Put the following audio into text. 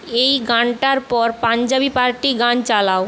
এই গানটার পর পাঞ্জাবি পার্টি গান চালাও